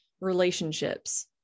relationships